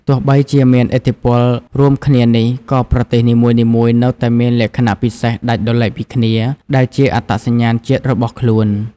ទោះបីជាមានឥទ្ធិពលរួមគ្នានេះ ក៏ប្រទេសនីមួយៗនៅតែមានលក្ខណៈពិសេសដាច់ដោយឡែកពីគ្នា ដែលជាអត្តសញ្ញាណជាតិរបស់ខ្លួន។